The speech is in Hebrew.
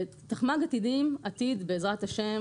תחמ"ג עתידים עתיד בעזרת השם